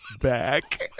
back